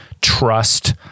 trust